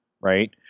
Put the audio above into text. right